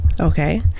Okay